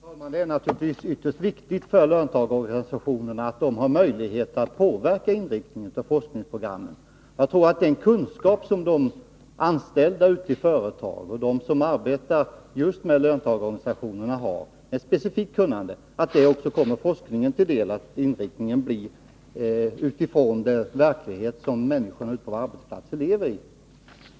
Herr talman! Det är naturligtvis ytterst viktigt för löntagarorganisationer Fredagen den na att de har möjlighet att påverka inriktningen av forskningsprogrammen. 20 maj 1983 Jag tror också att det är viktigt att den kunskap som de anställda ute i företagen och de som arbetar just med löntagarorganisationerna har — detär — Överenskommelse ett specifikt kunnande — kommer forskningen till del, så att forskningen utgår — om läkarutbildfrån den verklighet som människor ute på arbetsplatserna lever i.